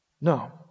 No